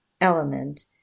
element